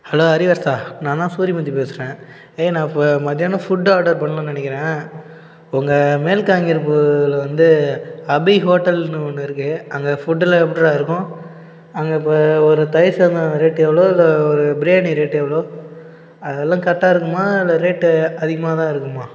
hello அறிவரசா நான் தான் சூரியமூர்த்தி பேசுகிறன் ஏய் நான் இப்போ மத்தியானம் ஃபுட் ஆர்டர் பண்ணணுன்னு நினைக்கிறேன் உங்கள் மேல்காங்கிரபுவில் வந்து அபி ஹோட்டலுன்னு ஒண்ணு இருக்குது அங்கே ஃபுட்டுலாம் எப்படிடா இருக்கும் அங்கே இப்போ ஒரு தயிர்சாதம் ரேட் எவ்வளோ இல்லை ஒரு பிரியாணி ரேட் எவ்வளோ அதலாம் கரெக்ட்டாக இருக்குமா இல்லை ரேட் அதிகமாக தான் இருக்குமா